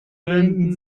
wenden